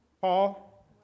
Paul